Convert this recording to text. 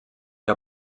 que